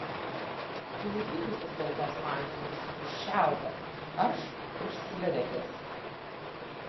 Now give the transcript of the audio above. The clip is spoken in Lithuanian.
tu laikykis už baltos mantijos už šiaudo aš už cigaretės